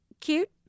cute